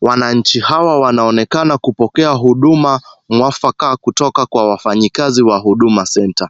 Wananchi hawa wanaonekana kupokea huduma mwafaka kutoka kwa wafanyikazi wa Huduma Center .